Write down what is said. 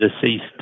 deceased